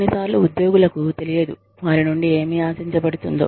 కొన్నిసార్లు ఉద్యోగులకు తెలియదు వారి నుండి ఏమి ఆశించబడుతుందో